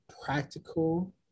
practical